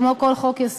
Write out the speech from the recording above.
כמו כל חוק-יסוד,